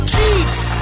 Cheeks